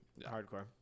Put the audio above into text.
Hardcore